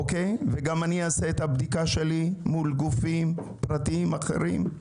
אני גם אעשה בדיקה מול גופים פרטים אחרים.